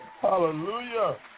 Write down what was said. Hallelujah